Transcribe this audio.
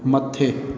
मथे